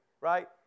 right